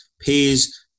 pays